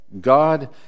God